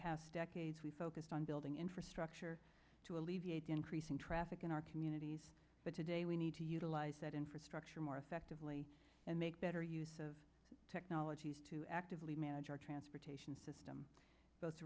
past decades we focus on building infrastructure to alleviate the increasing traffic in our communities but today we need to utilize that infrastructure more effectively and make better use of technologies to actively manage our transportation system both